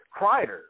Kreider